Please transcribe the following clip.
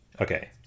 okay